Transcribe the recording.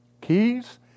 Keys